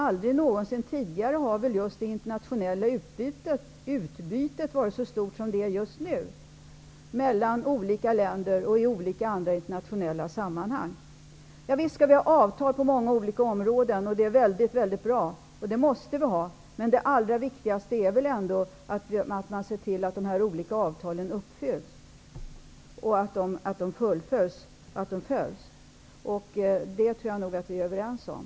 Aldrig någonsin tidigare har väl just det internationella utbytet varit så stort som just nu mellan olika länder och i olika internationella sammanhang. Visst skall vi ha avtal på många olika områden, och det är väldigt bra. Men det allra viktigaste är väl ändå att man ser till att de olika avtalen uppfylls och fullföljs. Det torde vi vara överens om.